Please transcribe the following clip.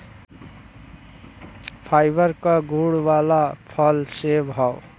fibre क गुण वाला फल सेव हौ